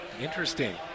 Interesting